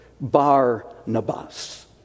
Barnabas